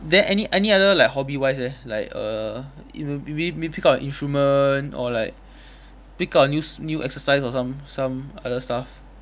then any any other like hobby wise eh like err maybe maybe pick up an instrument or like pick up a new s~ a new exercise or some some other stuff